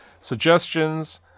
suggestions